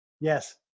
Yes